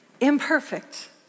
imperfect